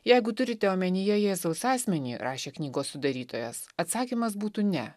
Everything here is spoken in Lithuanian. jeigu turite omenyje jėzaus asmenį rašė knygos sudarytojas atsakymas būtų ne